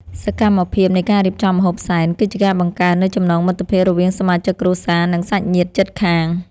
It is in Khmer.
សកម្មភាពនៃការរៀបចំម្ហូបសែន គឺជាការបង្កើននូវចំណងមិត្តភាពរវាងសមាជិកគ្រួសារ និងសាច់ញាតិជិតខាង។